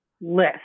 list